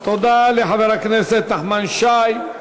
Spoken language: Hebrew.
תודה לחבר הכנסת נחמן שי.